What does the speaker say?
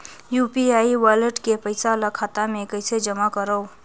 UPI wallet के पईसा ल खाता मे कइसे जमा करव?